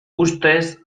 ustez